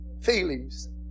Feelings